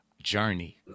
journey